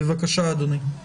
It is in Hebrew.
בבקשה אדוני.